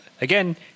again